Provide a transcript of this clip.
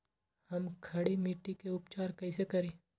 हम खड़ी मिट्टी के उपचार कईसे करी?